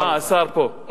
אה, השר פה.